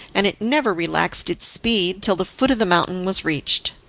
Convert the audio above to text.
and it never relaxed its speed till the foot of the mountain was reached.